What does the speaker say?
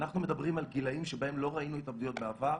אנחנו מדברים על גילאים שבהם לא ראינו התאבדויות בעבר.